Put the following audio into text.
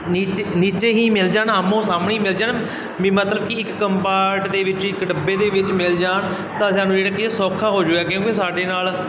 ਨੀਚੇ ਨੀਚੇ ਹੀ ਮਿਲ ਜਾਣ ਆਹਮੋ ਸਾਹਮਣੇ ਹੀ ਮਿਲ ਜਾਣ ਵੀ ਮਤਲਬ ਕਿ ਇੱਕ ਕੰਪਾਟ ਦੇ ਵਿੱਚ ਇੱਕ ਡੱਬੇ ਦੇ ਵਿੱਚ ਮਿਲ ਜਾਣ ਤਾਂ ਸਾਨੂੰ ਜਿਹੜਾ ਕੀ ਹੈ ਸੌਖਾ ਹੋ ਜਾਊਗਾ ਕਿਉਂਕਿ ਸਾਡੇ ਨਾਲ